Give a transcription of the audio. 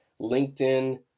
LinkedIn